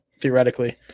theoretically